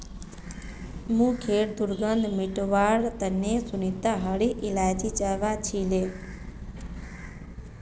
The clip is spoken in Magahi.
मुँहखैर दुर्गंध मिटवार तने सुनीता हरी इलायची चबा छीले